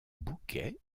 bouquet